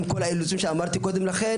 ומצב כזה,